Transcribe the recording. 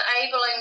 enabling